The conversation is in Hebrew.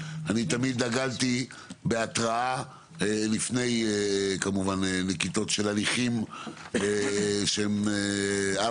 תמיד דגלתי בהתראה לפני כמובן נקיטות של הליכים שהם בבחינת